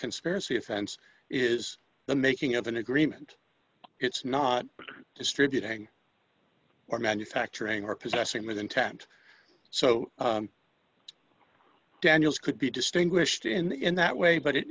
conspiracy offense is the making of an agreement it's not distributing or manufacturing or possessing with intent so daniels could be distinguished in in that way but it